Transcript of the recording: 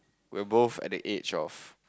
we're both at the age of